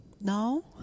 no